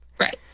Right